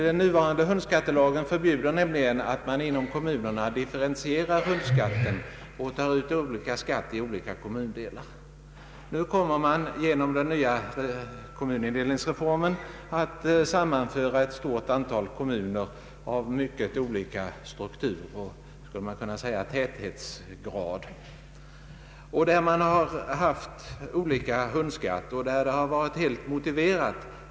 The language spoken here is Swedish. Den nuvarande hundskattelagen förbjuder nämligen en differentiering av hundskatten i olika kommundelar. Genom <Kkommunindelningsreformen kommer man att sammanföra ett stort antal kommuner av mycket olika struktur och ”täthetsgrad”, där hundskatten har varit olika och där detta varit helt motiverat.